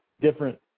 different